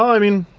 i mean,